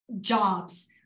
jobs